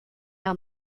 are